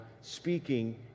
speaking